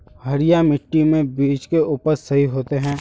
हरिया मिट्टी में बीज के उपज सही होते है?